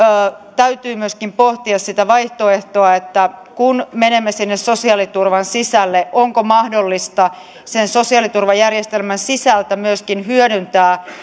täytyy myöskin pohtia sitä vaihtoehtoa että kun menemme sinne sosiaaliturvan sisälle onko mahdollista sen sosiaaliturvajärjestelmän sisältä myöskin hyödyntää